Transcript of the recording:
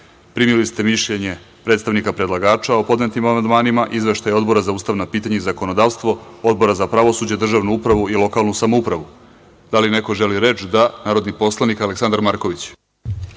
Bajrami. Primili ste mišljenje predstavnika predlagača o podnetim amandmanima, izveštaj Odbora za ustavna pitanja i zakonodavstvo, Odbora za pravosuđe, državnu upravu i lokalnu samoupravu. Da li neko želi reč? Reč ima narodni poslanik Aleksandar Marković.